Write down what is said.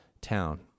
town